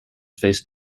faced